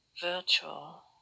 virtual